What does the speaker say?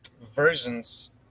versions